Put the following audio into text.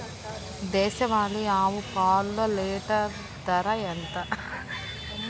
దేశవాలీ ఆవు పాలు లీటరు ధర ఎంత?